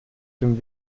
dem